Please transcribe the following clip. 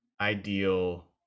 ideal